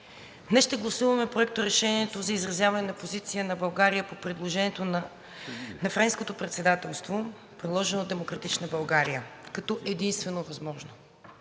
Днес ще гласуваме Проекторешението за изразяване на позиция на България по предложението на Френското председателство, предложено от „Демократична България“ като единствено възможно.